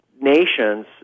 nations